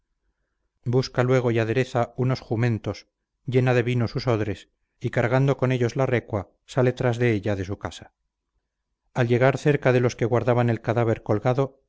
busca luego y adereza unos juramentos llena de vino sus odres y cargando con ellos la recua sale tras de ella de su casa al llegar cerca de los que guardaban el cadáver colgado